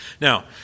Now